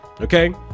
Okay